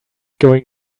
going